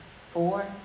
four